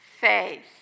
faith